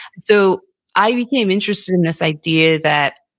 so i became interested in this idea that